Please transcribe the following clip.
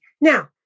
Now